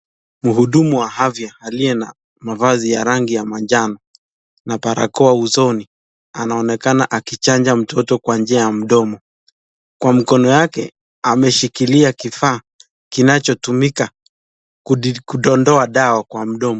Muhudumu wa afya aliye na mavazi ya rangi ya manjano na barakoa usoni, anaonekana akimchanja mtoto kwa njia ya mdomo, Kwa mikono yake anaonekana ameshikilia kifaa kinachotumika kudondoa Dawa Kwa mdomo.